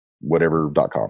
whatever.com